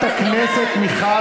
אתה משקר לציבור.